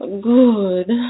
good